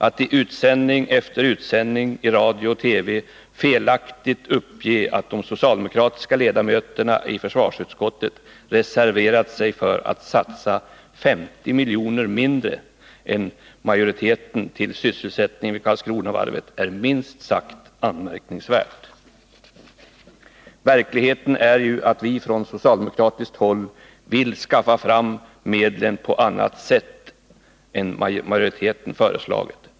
Att man i utsändning efter utsändning i radio och TV felaktigt uppger att de socialdemokratiska ledamöterna i försvarsutskottet reserverat sig för att satsa 50 miljoner mindre än majoriteten på sysselsättningen vid Karlskronavarvet är minst sagt anmärkningsvärt. Verkligheten är ju att vi från socialdemokratiskt håll vill skaffa fram medlen på annat sätt än majoriteten föreslagit.